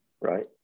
right